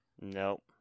Nope